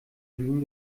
glühen